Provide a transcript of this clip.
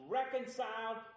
reconciled